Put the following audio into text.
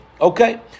Okay